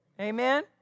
Amen